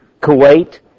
Kuwait